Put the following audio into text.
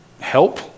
help